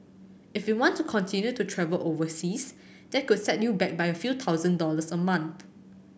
if you want to continue to travel overseas that could set you back by a few thousand dollars a month